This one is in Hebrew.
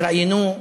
התראיינו,